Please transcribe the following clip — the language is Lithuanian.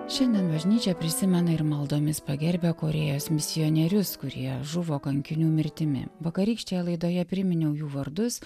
šiandien bažnyčia prisimena ir maldomis pagerbia korėjos misionierius kurie žuvo kankinių mirtimi vakarykštėje laidoje priminiau jų vardus